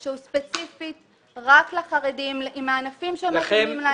שהוא ספציפית רק לחרדים, עם הענפים שמתאימים להם.